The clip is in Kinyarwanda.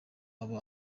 aba